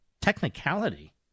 Technicality